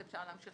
אז אפשר להמשיך